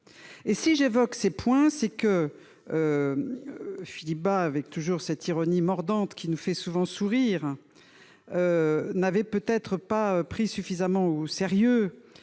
J'évoque ce point, car Philippe Bas, avec cette ironie mordante qui nous fait souvent sourire, n'avait peut-être pas pris suffisamment au sérieux